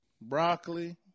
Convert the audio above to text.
broccoli